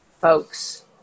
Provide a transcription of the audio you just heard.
folks